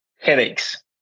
headaches